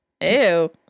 Ew